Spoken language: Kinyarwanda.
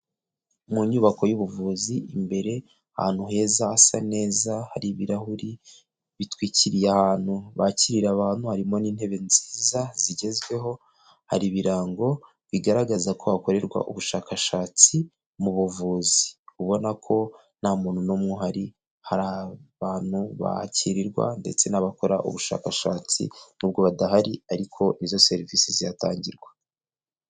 Mu nyubako y'ubuvuzi, imbere ahantu heza, hasa neza, hari ibirahuri bitwikiriye ahantu bakirira abantu, harimo n'intebe nziza zigezweho, hari ibirango bigaragaza ko hakorerwa ubushakashatsi mu buvuzi, ubona ko nta muntu n'umwe uhari, hari aho abantu bakirirwa ndetse n'abakora ubushakashatsi, nubwo badahari ariko nizo serivisi zihatangirwa.